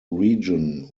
region